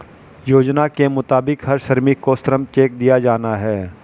योजना के मुताबिक हर श्रमिक को श्रम चेक दिया जाना हैं